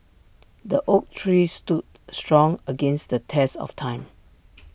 the oak tree stood strong against the test of time